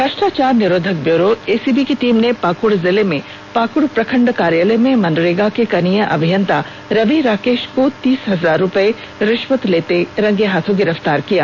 भ्रष्टाचार निरोधक bureau ACB की टीम ने पाकुड़ जिले में पाकुड़ प्रखंड कार्यालय में मनरेगा के कनीय अभियंता रवि राकेश को तीस हजार रुपए घूस लेते रंगेहाथ गिरफ्तार कर लिया